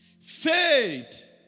Faith